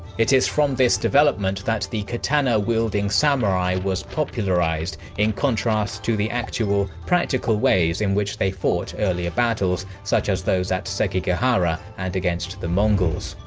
it is from this development that the katana wielding samurai was popularised in contrast to the actual, practical ways in which they fought earlier battles such as those at sekigahara and against the mongols.